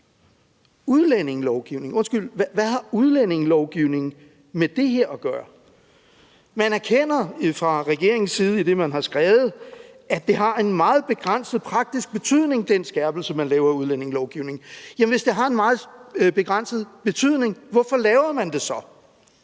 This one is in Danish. udlændingelovgivningen. Undskyld, hvad har udlændingelovgivningen med det her at gøre? Man erkender det fra regeringens side, idet man har skrevet, at den skærpelse, man laver af udlændingelovgivningen, har en meget begrænset praktisk betydning. Hvis den har en meget begrænset betydning, hvorfor laver man den så?